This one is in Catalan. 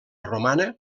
romana